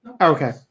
Okay